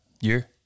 Year